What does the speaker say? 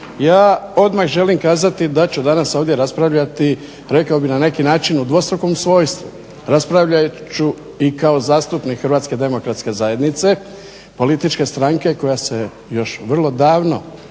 Ja odmah želim kazati da ću danas ovdje raspravljati rekao bih na neki način u dvostrukom svojstvu, raspravljat ću kao zastupnik Hrvatske demokratske zajednice, političke stranke koja se još vrlo davno,